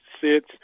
sits